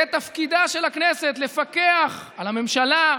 זה תפקידה של הכנסת, לפקח על הממשלה,